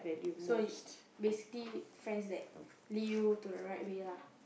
so you basically friends that lead you to the right way lah